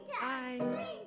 Bye